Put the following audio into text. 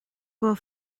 bhfuil